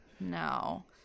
No